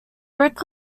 brick